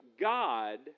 God